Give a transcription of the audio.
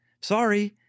Sorry